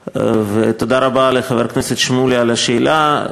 תודה רבה לחבר הכנסת שמולי על השאלה.